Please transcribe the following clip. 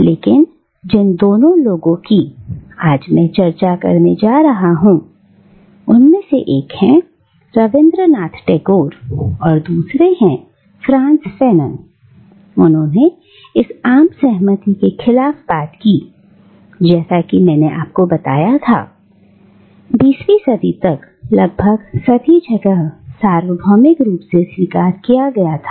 लेकिन जिन दोनों लोगों की आज में चर्चा करने जा रहा हूं ठीक हैं एक हैं रविंद्र नाथ टैगोर और दूसरे हैं फ्रांत्ज फैनोन उन्होंने इस आम सहमति के खिलाफ बात की जैसा कि मैंने आपको बताया था बीसवीं सदी तक लगभग सभी जगह सार्वभौमिक रूप से स्वीकार किया गया था